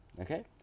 Okay